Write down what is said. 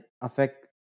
affect